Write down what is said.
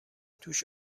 توش